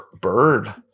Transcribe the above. Bird